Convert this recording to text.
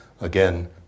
again